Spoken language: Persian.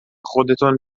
خودتون